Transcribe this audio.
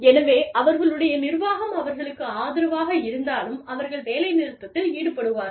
எனவே அவர்களுடைய நிர்வாகம் அவர்களுக்கு ஆதரவாக இருந்தாலும் அவர்கள் வேலைநிறுத்தத்தில் ஈடுபடுவார்கள்